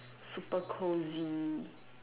super cozy